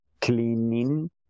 cleaning